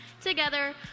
together